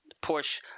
push